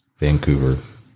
Vancouver